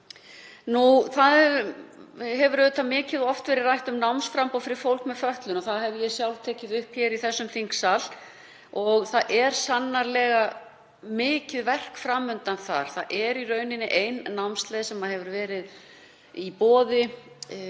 Nú hefur auðvitað mikið og oft verið rætt um námsframboð fyrir fólk með fötlun og það hef ég sjálf tekið upp í þingsal. Það er sannarlega mikið verk fram undan þar. Það hefur í rauninni ein námsleið verið í boði